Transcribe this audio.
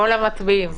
או למצביעים.